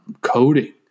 coding